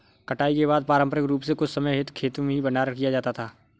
कटाई के बाद पारंपरिक रूप से कुछ समय हेतु खेतो में ही भंडारण किया जाता था